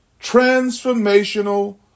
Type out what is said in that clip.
transformational